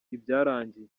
ibyarangiye